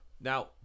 now